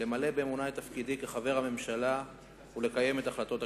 למלא באמונה את תפקידי כחבר הממשלה ולקיים את החלטות הכנסת.